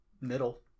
middle